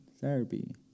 therapy